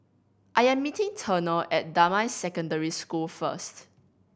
I am meeting Turner at Damai Secondary School first